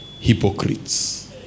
hypocrites